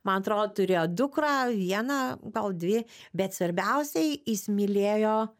man atrod turėjo dukrą vieną gal dvi bet svarbiausiai įsimylėjo